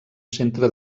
centre